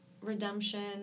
redemption